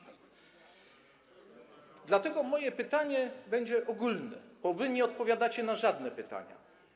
Moje pytanie będzie ogólne, bo wy nie odpowiadacie na żadne pytania.